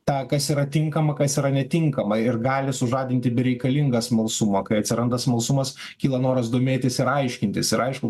tą kas yra tinkama kas yra netinkama ir gali sužadinti bereikalingą smalsumą kai atsiranda smalsumas kyla noras domėtis ir aiškintis ir aišku